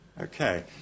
Okay